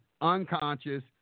unconscious